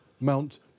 Mount